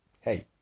Hey